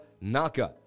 Naka